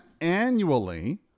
annually